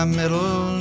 middle